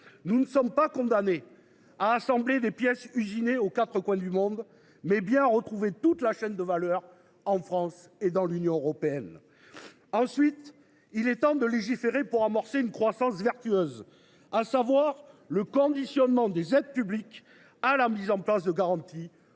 Nous ne sommes pas condamnés à assembler des pièces usinées aux quatre coins du monde. Nous pouvons bel et bien retrouver la maîtrise de toute la chaîne de valeur en France et dans l’Union européenne. Ensuite, il est temps de légiférer pour amorcer une croissance vertueuse dans notre pays, fondée sur le conditionnement des aides publiques à la mise en place de garanties